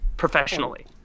Professionally